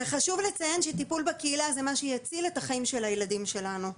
חשוב לציין שטיפול בקהילה זה מה שיציל את החיים של הילדים שלנו.